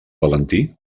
valentí